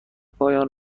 پایان